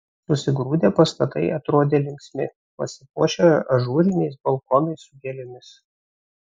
susigrūdę pastatai atrodė linksmi pasipuošę ažūriniais balkonais su gėlėmis